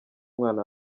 mwana